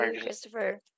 Christopher